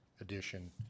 edition